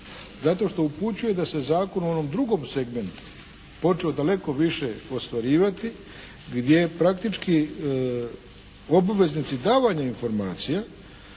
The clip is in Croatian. Zato što upućuje da se zakon u onom drugom segmentu počeo daleko više ostvarivati gdje praktički obaveznici davanja informacija